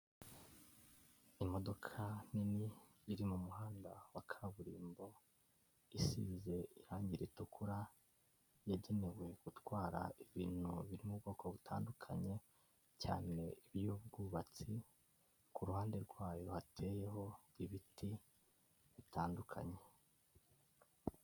Imodoka nini iri mu muhanda wa kaburimbo isize irange ritukura, yagenewe gutwara ibintu biri mu bwoko butandukanye cyane iby'ubwubatsi, ku ruhande rwayo hateyeho ibiti bitandukanye.